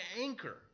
anchor